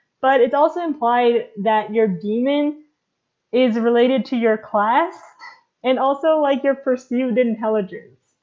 but it's also implied that your daemon is related to your class and also like your perceived intelligence.